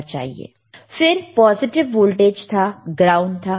फिर positive voltage था ground था